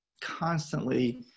constantly